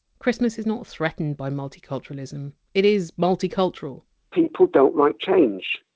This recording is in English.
christmas is not threatened by multiculturalism. it is multicultural people don't like change.